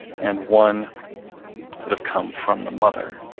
and one would have come from the mother.